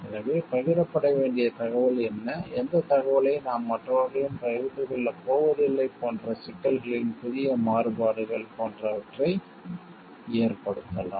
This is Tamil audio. எனவே பகிரப்பட வேண்டிய தகவல் என்ன எந்தத் தகவலை நாம் மற்றவர்களுடன் பகிர்ந்து கொள்ளப் போவதில்லை போன்ற சிக்கல்களின் புதிய மாறுபாடுகள் போன்றவற்றை ஏற்படுத்தலாம்